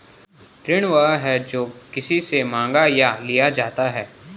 ऋण वह है, जो किसी से माँगा या लिया जाता है